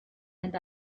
and